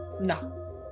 No